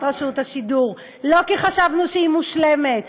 רשות השידור לא כי חשבנו שהיא מושלמת,